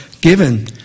given